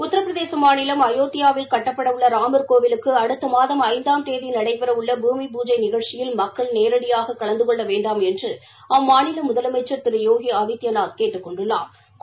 உத்திரபிரதேச மாநிலம் அயோத்தியாவில் கட்டப்பட உள்ள ராமர் கோவிலுக்கு அடுத்த மாதம் ஐந்தாம் தேதி நடைபெறவுள்ள பூமி பூஜை நிகழ்ச்சியில் மக்கள் நேரடியாக கலந்து கொள்ள வேண்டாம் என்று அம்மாநில முதலமைச்சா் திரு யோகி ஆதித்யநாத் கேட்டுக் கொண்டுள்ளாா்